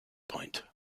point